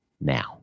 now